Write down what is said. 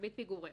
ריבית פיגורים.